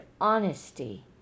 honesty